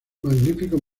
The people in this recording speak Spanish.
magnífico